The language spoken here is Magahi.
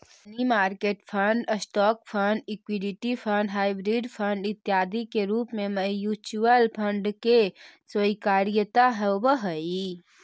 money market fund, stock fund, equity fund, hybrid fund इत्यादि के रूप में म्यूचुअल फंड के स्वीकार्यता होवऽ हई